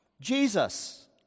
Jesus